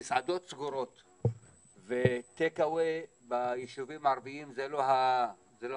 המסעדות סגורות וטייק אווי ביישובים הערביים זה לא הנוהג.